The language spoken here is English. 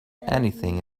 anything